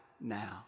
now